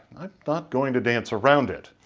i'm not going to dance around it.